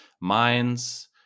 mines